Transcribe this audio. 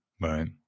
right